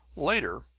later,